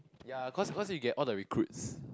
ya cause cause we get all the recruits